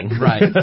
Right